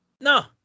No